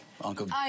Uncle